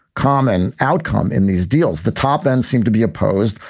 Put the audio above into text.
common outcome in these deals. the top end seemed to be opposed,